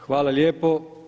Hvala lijepo.